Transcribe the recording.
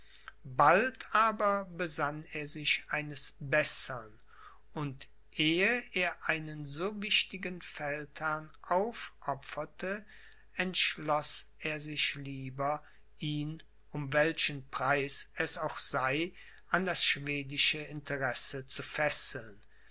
bald aber besann er sich eines bessern und ehe er einen so wichtigen feldherrn aufopferte entschloß er sich lieber ihn um welchen preis es auch sei an das schwedische interesse zu fesseln